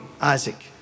Isaac